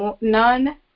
none